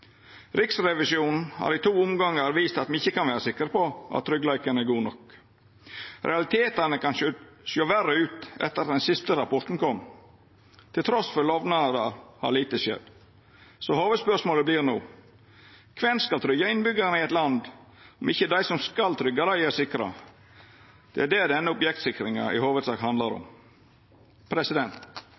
Riksrevisjonen har i to omgangar vist at me ikkje kan vera sikre på at tryggleiken er god nok. Realitetane kan sjå verre ut etter at den siste rapporten kom. Trass i lovnader har lite skjedd, så hovudspørsmålet vert no: Kven skal tryggja innbyggjarane i eit land om ikkje dei som skal tryggja dei, er sikra? Det er det denne objektsikringssaka i hovudsak handlar om.